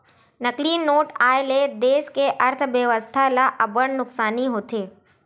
नकली नोट आए ले देस के अर्थबेवस्था ल अब्बड़ नुकसानी होथे